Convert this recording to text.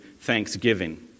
thanksgiving